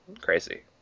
crazy